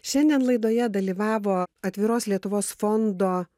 šiandien laidoje dalyvavo atviros lietuvos fondo